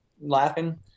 laughing